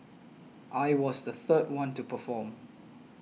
I was the third one to perform